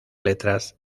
letras